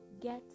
get